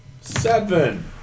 Seven